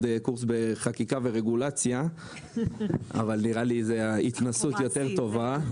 קורס בחקיקה ורגולציה אבל נראה לי שההתנסות כאן חשובה יותר,